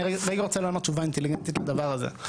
אני רגע רוצה לענות תשובה אינטליגנטית לדבר הזה.